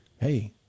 Hey